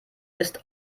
ist